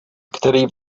který